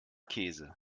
käse